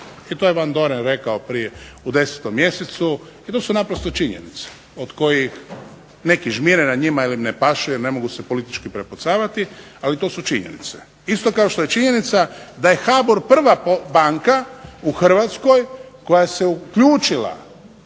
I to je Vandoren rekao u 10. mjesecu i to su naprosto činjenice od kojih neki žmire na njima ili im ne paše jer ne mogu se politički prepucavati ali to su činjenice. Isto kao što je činjenica da je HBOR prva banka u Hrvatskoj koja se uključila